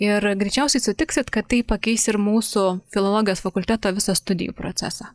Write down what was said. ir greičiausiai sutiksit kad tai pakeis ir mūsų filologijos fakulteto visą studijų procesą